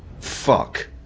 fuck